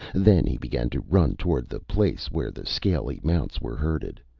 then he began to run toward the place where the scaly mounts were herded,